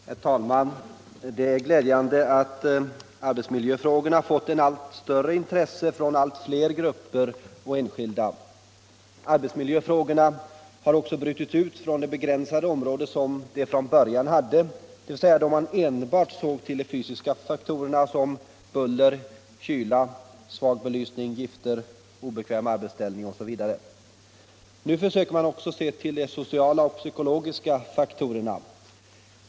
Herr talman! Det är glädjande att arbetsmiljöfrågorna röner allt större intresse från allt fler grupper och enskilda. Arbetsmiljöfrågorna har också brutits ut från det begränsade område som de från början omfattade, dvs. då man enbart såg till de fysiska faktorerna som buller, kyla, Svag belysning, gilter, obekväm arbetsställning osv. Nu försöker man också se till de sociala och psykologiska faktorerna.